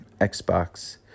Xbox